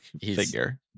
figure